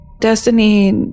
Destiny